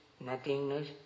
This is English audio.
nothingness